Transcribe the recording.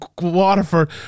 Waterford